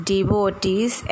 Devotees